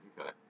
Okay